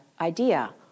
idea